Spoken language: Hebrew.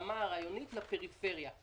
ברמה הרעיונית לפריפריה.